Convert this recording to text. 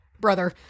brother